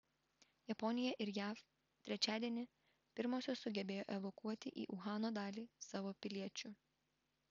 japonija ir jav trečiadienį pirmosios sugebėjo evakuoti į uhano dalį savo piliečių